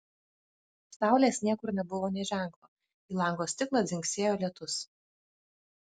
saulės niekur nebuvo nė ženklo į lango stiklą dzingsėjo lietus